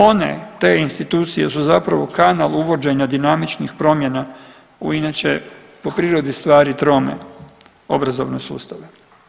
One te institucije su zapravo kanal uvođenja dinamičnih promjena u inače po prirodi stvari trome obrazovne sustave.